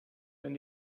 wenn